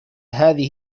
هذه